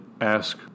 ask